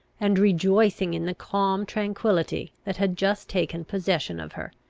and rejoicing in the calm tranquillity that had just taken possession of her,